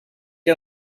que